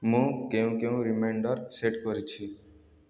ମୁଁ କେଉଁ କେଉଁ ରିମାଇଣ୍ଡର୍ ସେଟ୍ କରିଛି